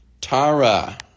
Tara